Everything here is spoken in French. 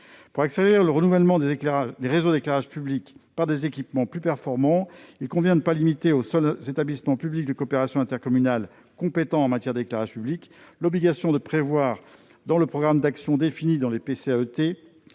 Pour accélérer le renouvellement des réseaux d'éclairage public par des équipements plus performants, il convient de ne pas limiter aux seuls EPCI compétents en matière d'éclairage public l'obligation de prévoir, dans le programme d'actions défini dans le PCAET